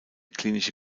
klinische